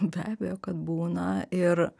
be abejo kad būna ir